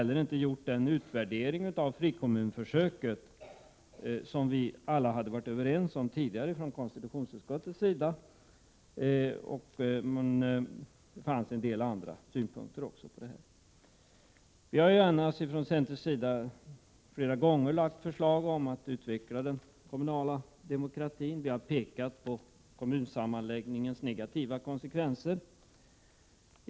Den utvärdering av frikommunförsöket som alla i konstitutionsutskottet hade varit överens om tidigare hade inte heller gjorts. Och det fanns även en del andra synpunkter på detta. Prot. 1987/88:86 Vi i centern har emellertid flera gånger väckt förslag om att den 17 mars 1988 kommunala demokratin skall utvecklas. Vi har pekat på kommunsammanläggningens negativa konsekvenser.